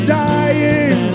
dying